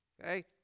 Okay